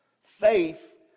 Faith